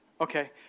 Okay